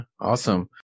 Awesome